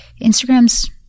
Instagram's